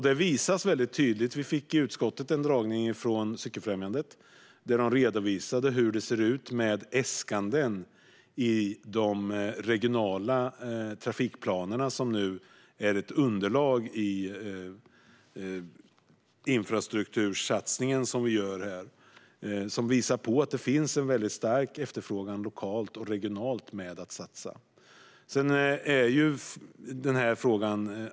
Detta kan man tydligt se. Cykelfrämjandet hade en föredragning för oss i trafikutskottet och redovisade då hur det ser ut med äsk-anden i de regionala trafikplaner som nu är ett underlag i den infrastruktursatsning som vi gör. Där kan man se att det lokalt och regionalt finns en väldigt stark efterfrågan när det gäller att satsa.